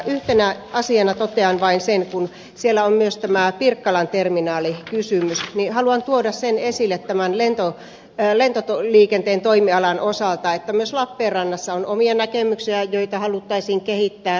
yhtenä asiana totean vain sen kun siellä on myös tämä pirkkalan terminaalikysymys että haluan tuoda sen esille tämän lentoliikenteen toimialan osalta että myös lappeenrannassa on omia näkemyksiä joilla haluttaisiin kehittää lappeenrannan kenttää